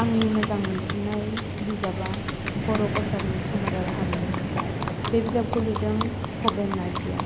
आंनि मोजां मोनसिन्नाय बिजाबा बर' कचारिनि समाज आरो हारिमु बे बिजाबखौ लिरदों भबेन नार्जिया